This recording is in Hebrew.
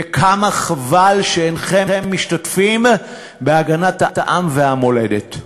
וכמה חבל שאינכם משתתפים בהגנת העם והמולדת.